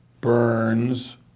Burns